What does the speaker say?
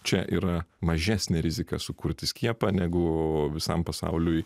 čia yra mažesnė rizika sukurti skiepą negu visam pasauliui